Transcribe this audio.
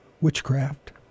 Witchcraft